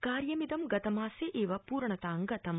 कार्यमिद गतमासे एव पूर्णतां गतम्